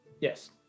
Yes